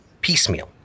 Piecemeal